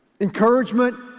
Encouragement